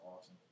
awesome